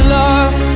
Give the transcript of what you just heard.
love